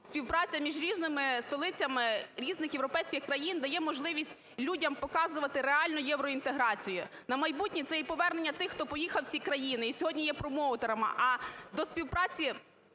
співпраця між різними столицями різних європейських країн дає можливість людям показувати реальну євроінтеграцію. На майбутнє це і повернення тих, хто поїхав в ці країни і сьогодні є промоутерами.